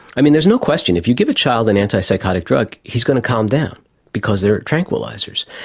i mean, there's no question, if you give a child an antipsychotic drug he's going to calm down because they are tranquillisers.